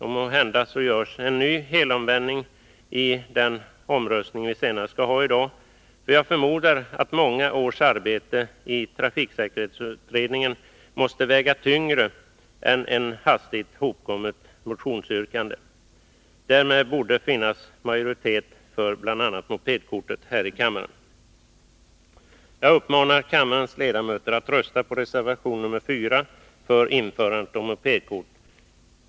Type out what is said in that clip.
Måhända görs en ny helomvändning i den omröstning som kommer att äga rum senare i dag — jag förmodar att många års arbete i trafiksäkerhetsutredningen måste väga tyngre än ett hastigt hopkommet motionsyrkande. Och i så fall borde det här i kammaren finnas majoritet för bl.a. mopedkort. Jag uppmanar kammarens ledamöter att rösta för reservation 4 om införande av mopedkort.